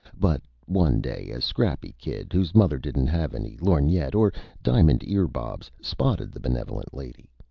but one day a scrappy kid, whose mother didn't have any lorgnette or diamond ear-bobs, spotted the benevolent lady.